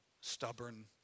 stubborn